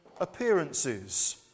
appearances